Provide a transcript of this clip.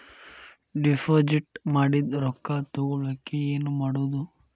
Deposit ಮಾಡಿದ ರೊಕ್ಕ ತಗೋಳಕ್ಕೆ ಏನು ಮಾಡೋದು?